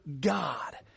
God